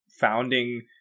founding